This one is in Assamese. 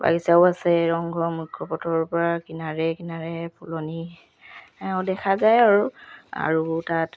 বাগিচাও আছে ৰংঘ মুখ্য পথৰৰ পৰা কিনাৰে কিনাৰে ফুলনি দেখা যায় আৰু আৰু তাত